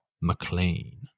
McLean